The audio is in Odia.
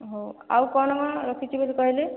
ହେଉ ଆଉ କ'ଣ କ'ଣ ରଖିଛି ବୋଲି କହିଲେ